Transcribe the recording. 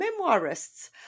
memoirists